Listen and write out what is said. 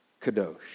kadosh